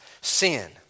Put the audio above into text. Sin